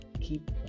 keep